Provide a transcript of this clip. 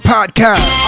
Podcast